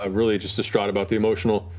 ah really just distraught about the emotional